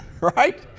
Right